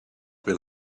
will